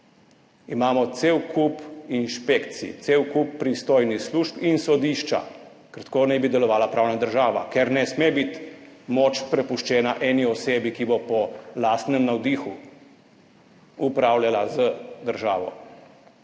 imamo cel kup inšpekcij, cel kup pristojnih služb in sodišča, ker tako naj bi delovala pravna država, ker ne sme biti moč prepuščena eni osebi, ki bo po lastnem navdihu upravljala z državo,